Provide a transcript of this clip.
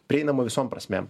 prieinamu visom prasmėm